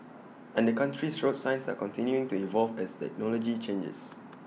and the country's road signs are continuing to evolve as technology changes